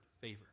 favor